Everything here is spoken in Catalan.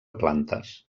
plantes